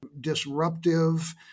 disruptive